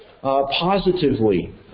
positively